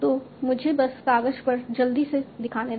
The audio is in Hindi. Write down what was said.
तो मुझे बस कागज पर जल्दी से दिखाने दो